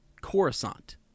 Coruscant